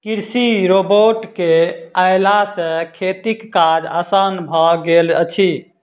कृषि रोबोट के अयला सॅ खेतीक काज आसान भ गेल अछि